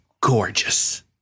gorgeous